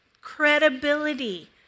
Credibility